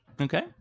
Okay